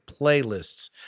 Playlists